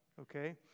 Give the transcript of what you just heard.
okay